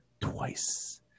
twice